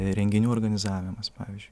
renginių organizavimas pavyzdžiui